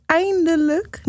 eindelijk